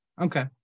Okay